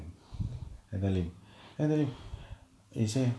and the lim and the lim he say